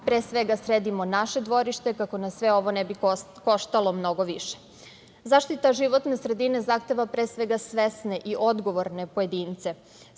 pre svega sredimo naše dvorište, kako nas sve ovo ne bi koštalo mnogo više.Zaštita životne sredine zahteva pre svega svesne i odgovorne pojedince,